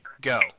go